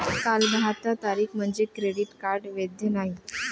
कालबाह्यता तारीख म्हणजे क्रेडिट कार्ड वैध नाही